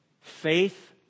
Faith